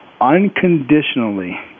unconditionally